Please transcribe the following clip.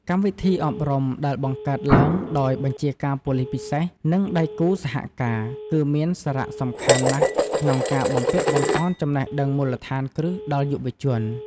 កម្មវិធីអប់រំដែលបង្កើតឡើងដោយបញ្ជាការប៉ូលិសពិសេស និងដៃគូសហការ គឺមានសារៈសំខាន់ណាស់ក្នុងការបំពាក់បំប៉នចំណេះដឹងមូលដ្ឋានគ្រឹះដល់យុវជន។